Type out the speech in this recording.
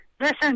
Listen